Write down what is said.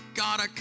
God